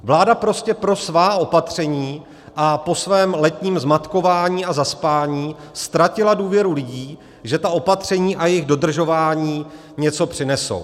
Vláda prostě pro svá opatření a po svém letním zmatkování a zaspání ztratila důvěru lidí, že ta opatření a jejich dodržování něco přinesou.